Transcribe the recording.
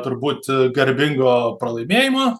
turbūt garbingo pralaimėjimo